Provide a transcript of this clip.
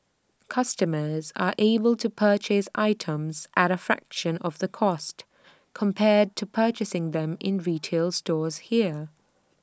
customers are able to purchase items at A fraction of the cost compared to purchasing them in retail stores here